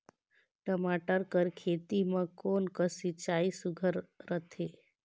टमाटर कर खेती म कोन कस सिंचाई सुघ्घर रथे?